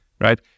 right